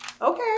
Okay